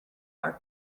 our